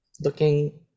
Looking